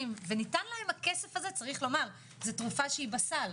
וניתן להם הכסף הזה זה תרופה שהיא בסל.